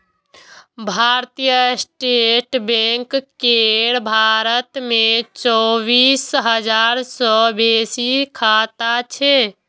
भारतीय state bank केर भारत मे चौबीस हजार सं बेसी शाखा छै